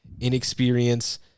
inexperience